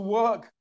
work